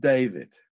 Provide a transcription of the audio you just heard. David